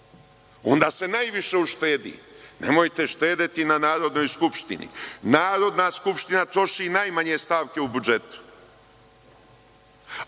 Onda se najviše uštedi. Nemojte štedeti na Narodnoj skupštini, Narodna skupština troši najmanje stavke u budžetu,